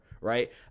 right